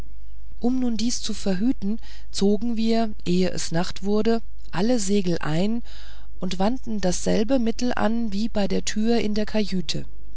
um nun dies zu verhüten zogen wir ehe es nacht wurde alle segel ein und wandten dasselbe mittel an wie bei der türe in der kajüte